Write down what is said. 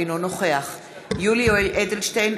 אינו נוכח יולי יואל אדלשטיין,